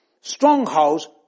strongholds